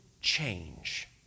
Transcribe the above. change